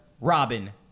Robin